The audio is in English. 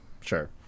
sure